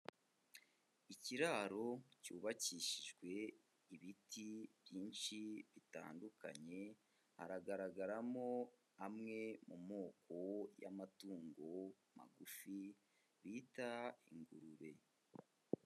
Ikiraro cyubakishijwe ibiti byinshi bitandukanye, haragaragaramo amwe mu moko y'amatungo magufi bita ingurube.